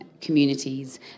communities